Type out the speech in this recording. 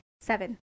seven